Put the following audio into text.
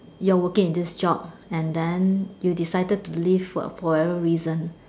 your working in this job and then you decide to leave for whatever reason